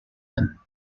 him